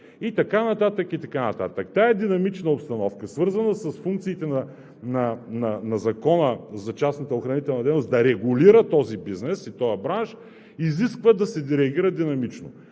Тя е динамична обстановка, свързана с функциите на Закона за частната охранителна дейност да регулира този бизнес и този бранш, изисква да се реагира динамично.